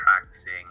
practicing